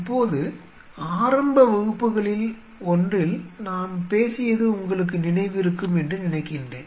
இப்போது ஆரம்ப வகுப்புகளில் ஒன்றில் நாம் பேசியது உங்களுக்கு நினைவிருக்கும் என்று நினைக்கின்றேன்